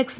X